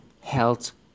Health